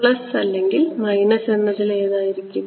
plus അല്ലെങ്കിൽ minus എന്നതിൽ ഏതായിരിക്കും